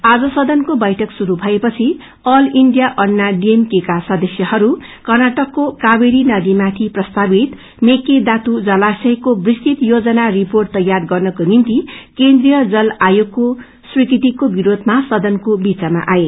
आज सदनको बैठक श्रुरू भएपछि अल इण्डिया अनना डिएमके कासदस्यहरू कर्नाटकको कावेरी नदीमाथि प्रस्तावित मेकेदातू जलाशय को विस्तृत योजना रिर्पोट तैयार गर्नको निम्ति केन्द्रिय जल आयोगको स्वीकृतिकरो विरोयमा सदनको बीचैमा आए